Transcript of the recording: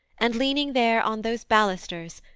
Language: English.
and leaning there on those balusters,